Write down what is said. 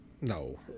no